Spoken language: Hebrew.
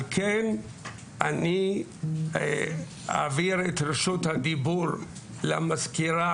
על כן אני אעביר את רשות הדיבור למזכירה,